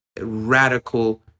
radical